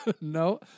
No